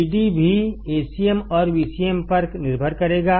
Vdभी Acmऔर Vcmपर निर्भर करेगा